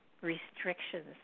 restrictions